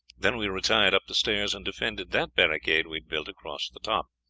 then we retired up the stairs and defended that barricade we had built across the top.